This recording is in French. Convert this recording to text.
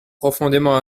profondément